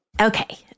Okay